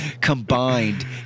combined